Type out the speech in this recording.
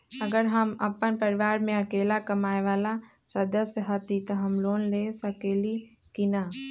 अगर हम अपन परिवार में अकेला कमाये वाला सदस्य हती त हम लोन ले सकेली की न?